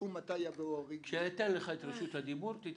בוודאי כאשר מדברים על